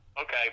okay